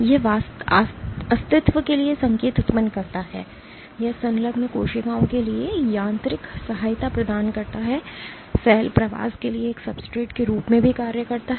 यह अस्तित्व के लिए संकेत उत्पन्न करता है यह संलग्न कोशिकाओं के लिए यांत्रिक सहायता प्रदान करता है सेल प्रवास के लिए एक सब्सट्रेट के रूप में भी कार्य करता है